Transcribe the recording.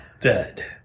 Dead